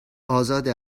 ازاده